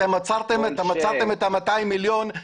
אתם עצרתם את ה-200 מיליון,